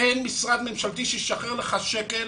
אין משרד ממשלתי שישחרר שקל